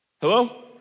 Hello